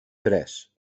tres